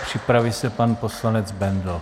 Připraví se pan poslanec Bendl.